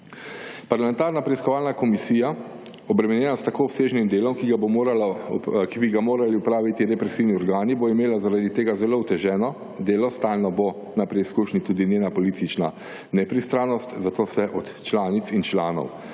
Parlamentarna preiskovalna komisija obremenjena s tako obsežnim delom, ki bi ga morali opraviti represivni organi, bo imela zaradi tega zelo oteženo delo, stalno bo na preizkušnji tudi njena politična 10. TRAK (VI) 9.45 (nadaljevanje) nepristranost, zato se od članic in članov,